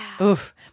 Oof